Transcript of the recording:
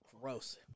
Gross